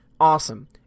Awesome